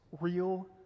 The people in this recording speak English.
real